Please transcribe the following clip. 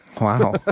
Wow